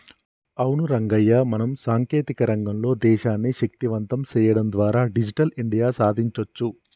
అవును రంగయ్య మనం సాంకేతిక రంగంలో దేశాన్ని శక్తివంతం సేయడం ద్వారా డిజిటల్ ఇండియా సాదించొచ్చు